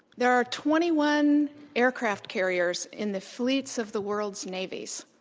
there are twenty one aircraft carriers in the fleets of the world's navies.